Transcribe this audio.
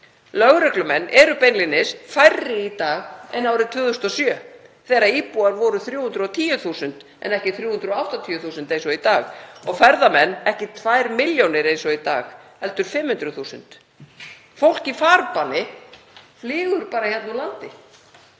Lögreglumenn eru beinlínis færri í dag en árið 2007 þegar íbúar voru 310.000 en ekki 380.000 eins og í dag, og ferðamenn ekki 2 milljónir eins og í dag heldur 500.000. Fólk í farbanni flýgur bara úr landi